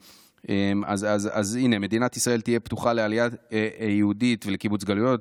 אז הינה: "מדינת ישראל תהא פתוחה לעלייה יהודית ולקיבוץ גלויות,